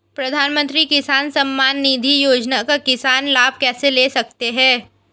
प्रधानमंत्री किसान सम्मान निधि योजना का किसान लाभ कैसे ले सकते हैं?